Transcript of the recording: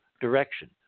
direction